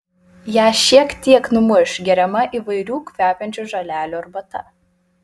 ją šiek tiek numuš geriama įvairių kvepiančių žolelių arbata